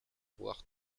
voir